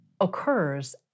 occurs